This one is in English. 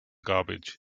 garbage